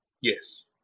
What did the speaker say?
Yes